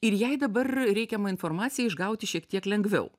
ir jai dabar reikiamą informaciją išgauti šiek tiek lengviau